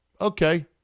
okay